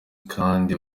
kandi